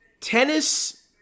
Tennis